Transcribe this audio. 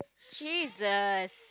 Jesus